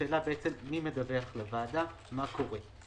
השאלה מי מדווח לוועדה מה קורה.